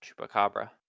chupacabra